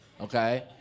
okay